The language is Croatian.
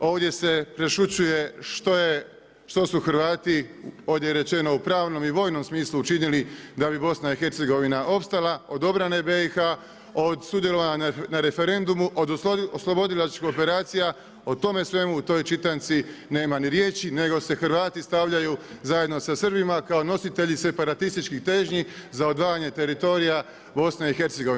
Ovdje se prešućuje što su Hrvati ovdje rečeno u pravnom i vojnom smislu učinili da bi BIH opstala od obrane BIH od sudjelovanja na referendumu, od oslobodilačke operacije, o tome svemu u toj čitanci nema ni riječi, nego se Hrvati stavljaju zajedno sa Srbima, kao nositelji separatističkih težnji za odvajanje teritorija BIH.